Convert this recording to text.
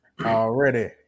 Already